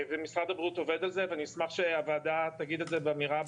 ומשרד הבריאות עובד על זה ואני אשמח שהוועדה תגיד את זה באמירה ברורה.